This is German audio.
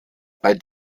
bei